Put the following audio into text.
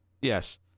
Yes